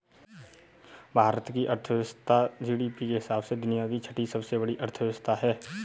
भारत की अर्थव्यवस्था जी.डी.पी के हिसाब से दुनिया की छठी सबसे बड़ी अर्थव्यवस्था है